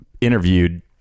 interviewed